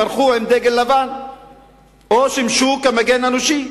ברחו עם דגל לבן או שימשו מגן אנושי,